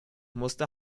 musste